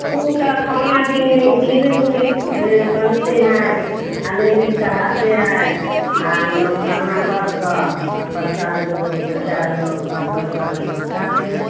ऊ ता खरना दिन खीरी पूड़ी बनती हैं करहाते हैं लोग खरना कर का प्रशाद लोग बच्चा लोग घर परिवार के लोग खाते हैं